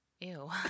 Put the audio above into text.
Ew